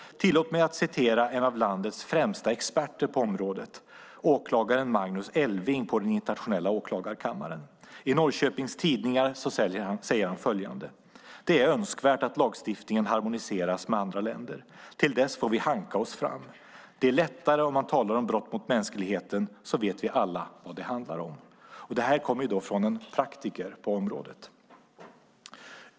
Tillåt mig citera en av landets främsta experter på området, åklagaren Magnus Elving på Internationella åklagarkammaren. I Norrköpings Tidningar säger han följande: "Det är önskvärt att lagstiftningen harmoniseras med andra länder. Till dess får vi hanka oss fram. - Det är lättare om man talar om brott mot mänskligheten så vet alla vad det handlar om." Det här kommer alltså från en praktiker på området.